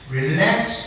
Relax